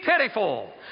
pitiful